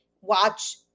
watch